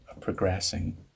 progressing